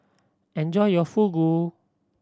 enjoy your Fugu